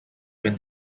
win